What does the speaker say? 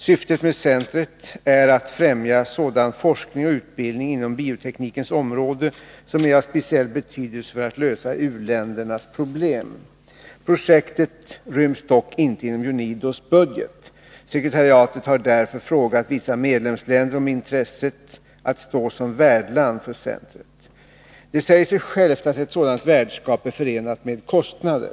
Syftet med centret är att främja sådan forskning och utbildning inom bioteknikens område som är av speciell betydelse för att lösa u-ländernas problem. Projektet ryms dock inte inom UNIDO:s budget. Sekretariatet har därför frågat vissa medlemsländer om intresset att stå som värdland för centret. Det säger sig självt att ett sådant värdskap är förenat med kostnader.